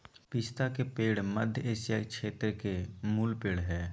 पिस्ता के पेड़ मध्य एशिया के क्षेत्र के मूल पेड़ हइ